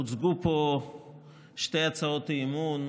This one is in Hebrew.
הוצגו פה שתי הצעות אי-אמון.